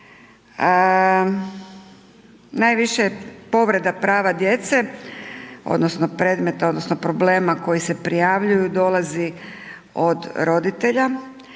najviše povreda prava djece odnosno predmeta odnosno problema koji se prijavljuju dolazi od roditelja,